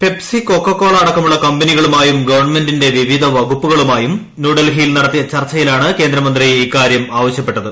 Pepsi Coca Cola അടക്കുമുള്ള കമ്പനികളുമായും ഗവൺമെന്റിന്റെ വിവിധ വകുപ്പുകളുമായും ന്യൂഡൽഹീയ്യിൽ നടത്തിയ ചർച്ചയിലാണ് കേന്ദ്രമന്ത്രി ഇക്കാരൃം ആവശ്യപ്പെട്ടത്